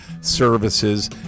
services